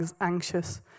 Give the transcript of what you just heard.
anxious